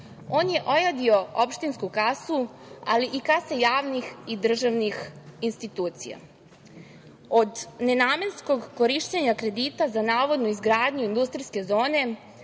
On je ojadio opštinsku kasu, ali i kase javnih i državnih institucija. Od nenamenskog korišćenja kredita za navodnu izgradnju industrijske zone,